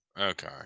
okay